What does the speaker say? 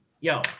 Yo